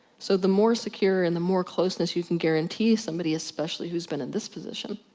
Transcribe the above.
so, the more secure and the more closeness you can guarantee somebody, especially who's been in this position,